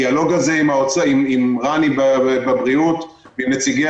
הדיאלוג הזה עם רני מהבריאות ועם נציגי